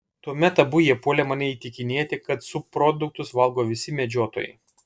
tuomet abu jie puolė mane įtikinėti kad subproduktus valgo visi medžiotojai